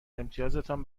امتیازتان